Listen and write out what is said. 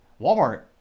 Walmart